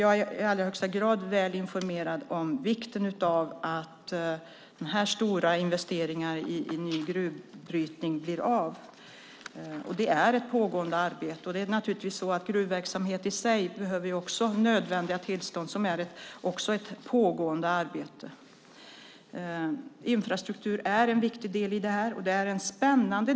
Jag är i allra högsta grad informerad om vikten av att så här stora investeringar i ny gruvbrytning blir av. Det pågår ett arbete. Gruvverksamhet i sig behöver nödvändiga tillstånd, och där pågår ett arbete. Infrastruktur är en viktig del i detta.